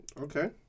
Okay